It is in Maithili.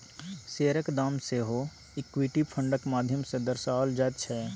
शेयरक दाम सेहो इक्विटी फंडक माध्यम सँ दर्शाओल जाइत छै